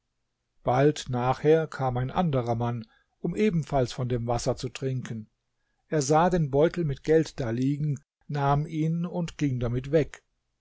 bald nachher kam ein anderer mann um ebenfalls von dem wasser zu trinken er sah den beutel mit geld da liegen nahm ihn und ging damit weg